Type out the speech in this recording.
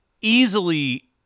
easily